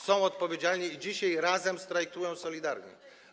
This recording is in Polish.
Są odpowiedzialni i dzisiaj razem strajkują solidarnie.